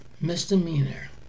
misdemeanor